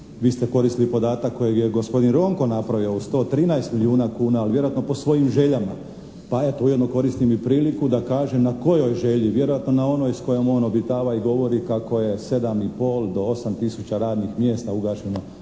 vi ste koristili podatak kojeg je gospodin Ronko napravio u 113 milijuna kuna, ali vjerojatno po svojim željama. Pa eto, ujedno koristim i priliku da kažem na kojoj želji, vjerojatno na onoj s kojom on obitava i govori kako je 7 i pol do 8 tisuća radnih mjesta ugašeno